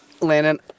Landon